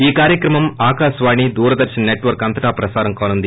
ఈ కార్యక్రమం ఆకాశవాణి దూరదర్సన్ నెట్వర్స్ అంతటా ప్రసారం కానుంది